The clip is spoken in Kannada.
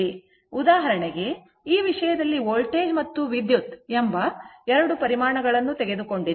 ಉದಾಹರಣೆಗೆ ಈ ವಿಷಯದಲ್ಲಿ ವೋಲ್ಟೇಜ್ ಮತ್ತು ವಿದ್ಯುತ್ ಎಂಬ ಎರಡು ಪರಿಮಾಣಗಳನ್ನು ತೆಗೆದುಕೊಂಡಿದೆ